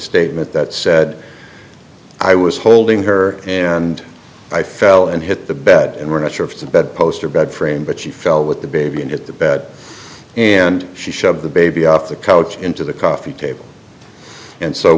statement that said i was holding her and i fell and hit the bed and we're not sure if the bed poster bed frame but she fell with the baby and hit the bed and she shoved the baby off the couch into the coffee table and so